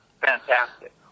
fantastic